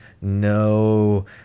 no